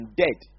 dead